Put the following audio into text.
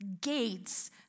gates